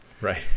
Right